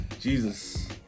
Jesus